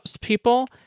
people